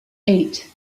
eight